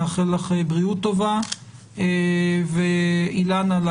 נאחל לך בריאות טובה וגב' אילנה גנס